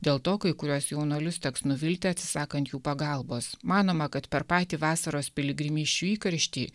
dėl to kai kuriuos jaunuolius teks nuvilti atsisakant jų pagalbos manoma kad per patį vasaros piligrimysčių įkarštį